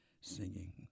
singing